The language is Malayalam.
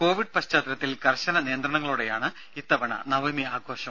കോവിഡ് പശ്ചാത്തലത്തിൽ കർശന നിയന്ത്രണങ്ങളോടെയാണ് ഇത്തവണത്തെ നവമി ആഘോഷം